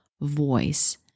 voice